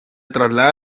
traslada